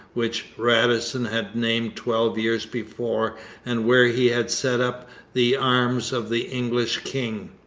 which radisson had named twelve years before and where he had set up the arms of the english king.